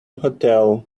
hotel